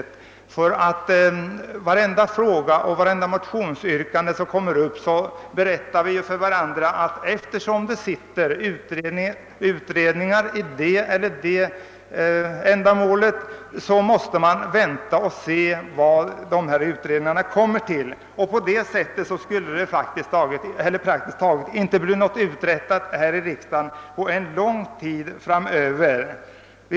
Vi brukar med anledning av praktiskt taget vartenda motionsyrkande som ställs säga till varandra, att vi måste avvakta resultatet av sittande utredningar. På detta sätt skulle praktiskt taget inte något bli uträttat här i riksdagen under lång tid framöver.